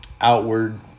outward